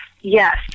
Yes